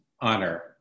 Honor